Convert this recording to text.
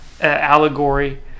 allegory